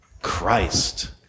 Christ